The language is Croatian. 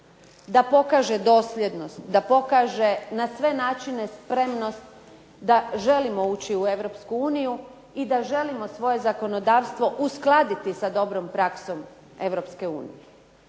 da pokaže dosljednost, da pokaže na sve načine spremnost da želimo ući u Europsku uniju i da želimo svoje zakonodavstvo uskladiti sa dobrom praksom